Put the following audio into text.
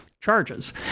charges